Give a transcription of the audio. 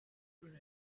for